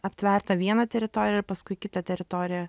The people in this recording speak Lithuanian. aptvertą vieną teritoriją ir paskui kitą teritoriją